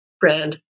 brand